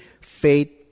faith